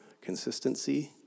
consistency